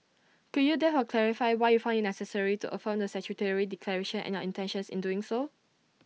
could you therefore clarify why you found IT necessary to affirm the statutory declaration and your intentions in doing so